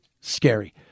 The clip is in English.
scary